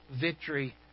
Victory